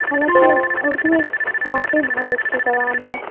حالانکہ اردو ایک واقعی بہت اچھی زبان ہے